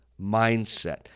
mindset